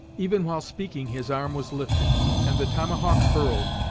even while speaking his arm was lifted, and the tomahawk hurled.